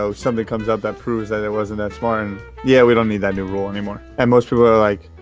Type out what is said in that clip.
so something comes up that proves that it wasn't that smart and yeah, we don't need that new rule anymore. and most people are like,